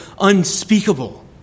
unspeakable